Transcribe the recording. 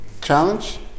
Challenge